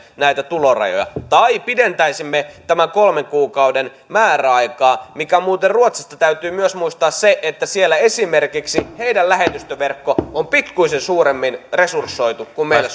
näitä tulorajoja tai pidentäisimme tämän kolmen kuukauden määräaikaa ja muuten ruotsista täytyy myös muistaa se että siellä esimerkiksi heidän lähetystöverkkonsa on pikkuisen suuremmin resursoitu kuin meillä